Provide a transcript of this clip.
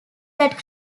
that